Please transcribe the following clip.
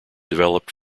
developed